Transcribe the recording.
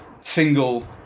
single